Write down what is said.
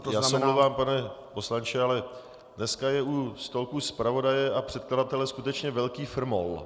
Já se omlouvám, pane poslanče, ale dneska je u stolku zpravodaje a předkladatele skutečně velký frmol.